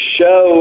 show